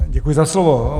Děkuji za slovo.